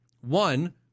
One